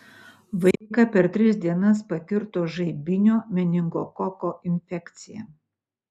vaiką per tris dienas pakirto žaibinio meningokoko infekcija